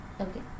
Okay